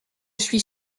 suis